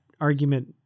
argument